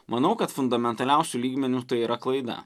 manau kad fundamentaliausiu lygmeniu tai yra klaida